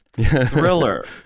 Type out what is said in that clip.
Thriller